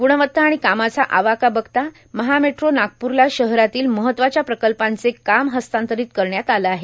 ग्णवत्ता आर्ाण कामाचा अवाका बघता महा मेट्रां नागपूरला शहरातील महत्वाच्या प्रकल्पांचे काम हस्तांर्तारत करण्यात आले आहे